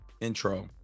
intro